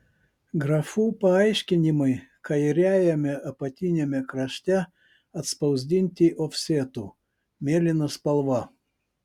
grafų paaiškinimai kairiajame apatiniame krašte atspausdinti ofsetu mėlyna spalva